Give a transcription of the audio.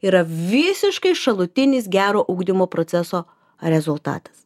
yra visiškai šalutinis gero ugdymo proceso rezultatas